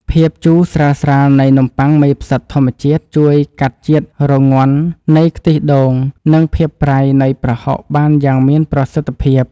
ភាពជូរស្រាលៗនៃនំប៉័ងមេផ្សិតធម្មជាតិជួយកាត់ជាតិរងាន់នៃខ្ទិះដូងនិងភាពប្រៃនៃប្រហុកបានយ៉ាងមានប្រសិទ្ធភាព។